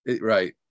right